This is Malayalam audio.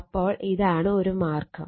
അപ്പോൾ ഇതാണ് ഒരു മാർഗ്ഗം